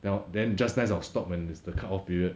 then I'll then just nice I'll stop when it's the cut off period